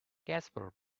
casper